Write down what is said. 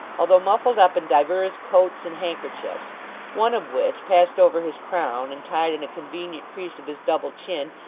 although muffled up in divers coats and handkerchiefs one of which, passed over his crown, and tied in a convenient crease of his double chin,